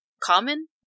common